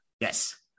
Yes